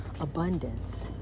abundance